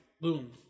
Boom